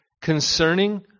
concerning